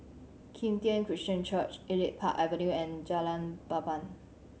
Kim Tian Christian Church Elite Park Avenue and Jalan Papan